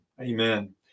Amen